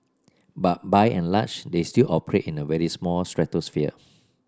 but by and large they still operate in a very small stratosphere